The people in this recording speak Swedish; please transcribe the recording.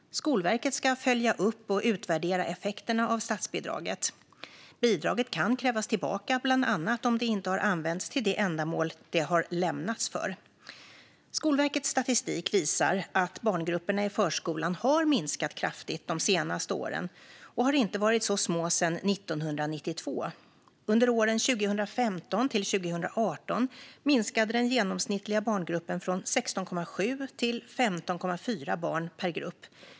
Skolverket ska följa upp och utvärdera effekterna av statsbidraget. Bidraget kan krävas tillbaka bland annat om det inte har använts till det ändamål det har lämnats för. Skolverkets statistik visar att barngrupperna i förskolan har minskat kraftigt de senaste åren och inte har varit så små sedan 1992. Under åren 2015 till 2018 minskade den genomsnittliga barngruppen från 16,7 till 15,4 barn per grupp.